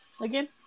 again